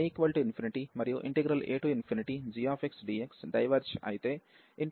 K ∞ మరియు agxdx diverge అయితే afxdx diverge అవుతుంది